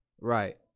right